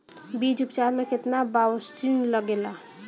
बीज उपचार में केतना बावस्टीन लागेला?